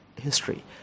history